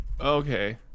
Okay